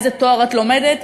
איזה תואר את לומדת?